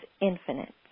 infinite